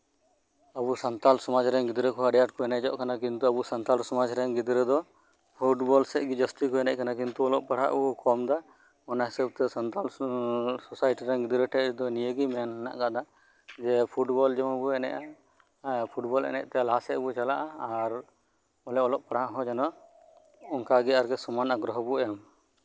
ᱟᱵᱚ ᱥᱟᱱᱛᱟᱞ ᱥᱚᱢᱟᱡᱽ ᱨᱮᱱ ᱜᱤᱫᱽᱨᱟᱹ ᱠᱚ ᱟᱸᱰᱤ ᱟᱸᱴ ᱠᱚ ᱮᱱᱮᱡᱚᱜ ᱠᱟᱱᱟ ᱠᱤᱱᱛᱩ ᱟᱵᱚ ᱥᱟᱱᱛᱟᱞ ᱥᱚᱢᱟᱡᱽ ᱨᱮᱱ ᱜᱤᱫᱽᱨᱟᱹ ᱫᱚ ᱯᱷᱩᱴᱵᱚᱞ ᱥᱮᱫ ᱜᱮ ᱡᱟᱹᱥᱛᱤ ᱠᱚ ᱮᱱᱮᱡ ᱠᱟᱱᱟ ᱠᱤᱱᱛᱩ ᱚᱞᱚᱜ ᱯᱟᱲᱦᱟᱜ ᱠᱚ ᱠᱚᱢ ᱮᱫᱟ ᱚᱱᱟ ᱦᱤᱥᱟᱹᱵᱽᱛᱮ ᱮᱴᱟᱜ ᱥᱳᱥᱟᱭᱴᱤ ᱨᱮᱱ ᱜᱤᱫᱽᱨᱟᱹ ᱴᱷᱮᱱᱫᱚ ᱱᱤᱭᱟᱹ ᱜᱮ ᱢᱮᱱ ᱦᱮᱱᱟᱜ ᱟᱠᱟᱫᱟ ᱡᱮᱹ ᱯᱷᱩᱴᱵᱚᱞ ᱡᱮᱢᱚᱱ ᱵᱚᱱ ᱮᱱᱮᱡᱟ ᱯᱷᱩᱴᱵᱚᱞ ᱮᱱᱮᱡᱛᱮ ᱞᱟᱦᱟᱥᱮᱫ ᱵᱚᱱ ᱪᱟᱞᱟᱜᱼᱟ ᱟᱨ ᱚᱞᱚᱜ ᱯᱟᱲᱦᱟᱜ ᱦᱚᱸ ᱡᱮᱱᱚ ᱚᱱᱠᱟᱜᱮ ᱥᱚᱢᱟᱱ ᱟᱜᱽᱜᱨᱚᱦᱚ ᱵᱚᱱ ᱮᱢ